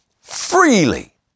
freely